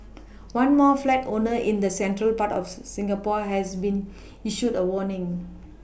one more flat owner in the central part of Singapore has been issued a warning